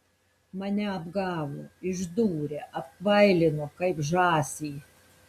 mane apgavo išdūrė apkvailino kaip žąsį